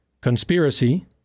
conspiracy